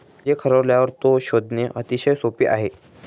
check हरवल्यावर तो शोधणे अतिशय सोपे आहे